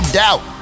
doubt